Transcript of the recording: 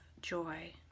joy